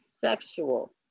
sexual